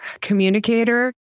communicator